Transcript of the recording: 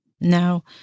Now